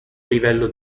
livello